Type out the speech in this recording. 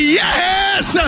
yes